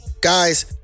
guys